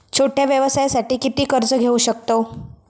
छोट्या व्यवसायासाठी किती कर्ज घेऊ शकतव?